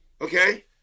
Okay